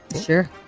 Sure